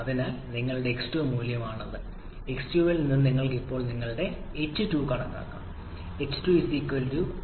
അതിനാൽ ഇത് നിങ്ങളുടെ x2 മൂല്യമാണ് അതിനാൽ x2 ൽ നിന്ന് നിങ്ങൾക്ക് ഇപ്പോൾ നിങ്ങളുടെ h2 കണക്കാക്കാം h2 hf x1hfg hf hfg എന്നിവ നിങ്ങളുടെ P2 ന് സമാനമായിരിക്കും